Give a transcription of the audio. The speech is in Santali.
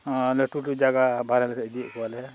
ᱞᱟᱹᱴᱩ ᱞᱟᱹᱴᱩ ᱡᱟᱭᱜᱟ ᱵᱟᱨᱦᱮ ᱞᱮ ᱤᱫᱤᱭᱮᱫ ᱠᱚᱣᱟᱞᱮ